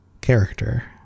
character